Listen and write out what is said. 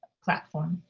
platform.